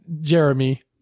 Jeremy